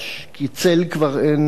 כי צל כבר אין,